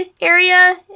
area